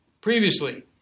previously